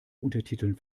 untertiteln